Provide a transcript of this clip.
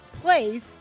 place